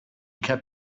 kept